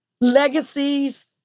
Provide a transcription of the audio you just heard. legacies